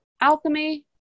alchemy